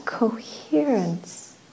coherence